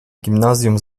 gimnazjum